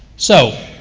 so,